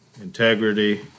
Integrity